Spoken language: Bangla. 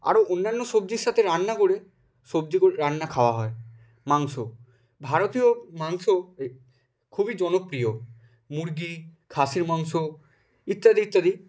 আরও অন্যান্য সবজির সাথে রান্না করে সবজি রান্না খাওয়া হয় মাংস ভারতীয় মাংস এই খুবই জনপ্রিয় মুরগী খাসির মাংস ইত্যাদি ইত্যাদি